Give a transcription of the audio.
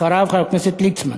אחריו, חבר הכנסת ליצמן.